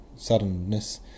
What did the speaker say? suddenness